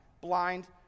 blind